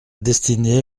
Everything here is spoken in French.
destinée